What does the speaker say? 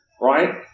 right